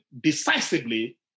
decisively